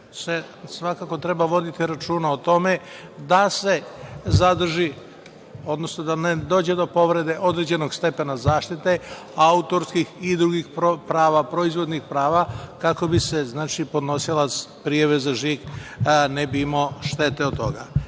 svakako treba voditi račun o tome, da se zadrži, odnosno da ne dođe do povrede određenog stepena zaštite autorskih i drugih prava, proizvodnih prava, kako bi se podnosilac prijave za žig, ne bi imao štete od